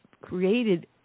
created